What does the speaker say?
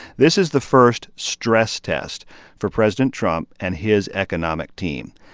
this is the first stress test for president trump and his economic team.